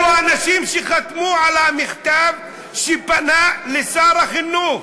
אלו האנשים שחתמו על המכתב שפנה לשר החינוך,